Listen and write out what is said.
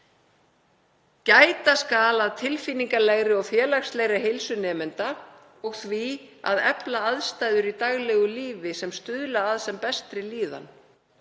„Gæta skal að tilfinningalegri og félagslegri heilsu nemenda og því að efla aðstæður í daglegu lífi sem stuðla að sem bestri líðan.